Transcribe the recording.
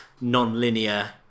non-linear